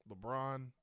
LeBron